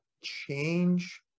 change